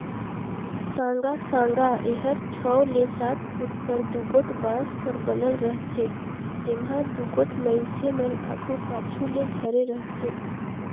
साँगा साँगा एहर छव ले सात फुट कर दुगोट बांस कर बनल रहथे, जेम्हा दुगोट मइनसे मन आघु पाछू ले धरे रहथे